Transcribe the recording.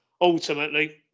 ultimately